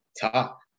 talk